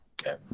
Okay